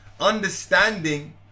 understanding